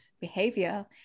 behavior